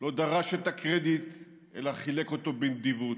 לא דרש את הקרדיט אלא חילק אותו בנדיבות,